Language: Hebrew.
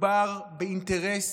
מדובר באינטרס